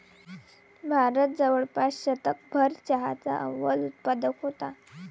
भारत जवळपास शतकभर चहाचा अव्वल उत्पादक होता